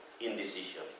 indecision